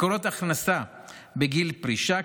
מקורות הכנסה בגיל פרישה,